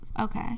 Okay